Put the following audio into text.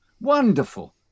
Wonderful